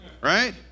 right